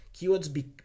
keywords